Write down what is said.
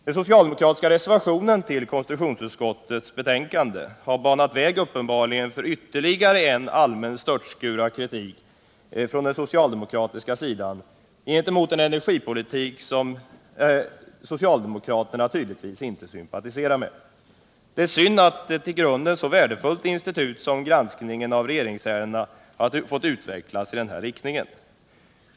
Den socialdemokratiska reservationen till konstitutionsutskottets betänkande har uppenbarligen banat väg för ytterligare en allmän störtskur av kritik från socialdemokratisk sida gentemot en energipolitik som man tydligen inte sympatiserar med. Det är synd att ett i grunden så värdefullt institut som granskningen av regeringsärendena har fått utvecklas i en sådan riktning.